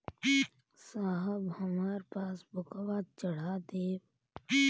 साहब हमार पासबुकवा चढ़ा देब?